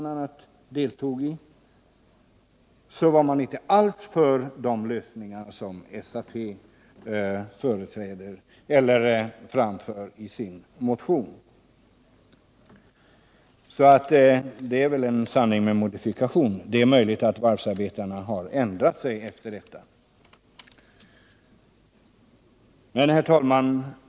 Hermansson deltog i, var man inte alls för de lösningar som SAP framför i sin motion. Vad Rune Johansson sade är väl därför en sanning med modifikation. Det är möjligt att varvsarbetarna har ändrat sig. Herr talman!